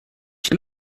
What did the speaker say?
sin